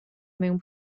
mewn